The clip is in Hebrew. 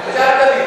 את זה אל תניח.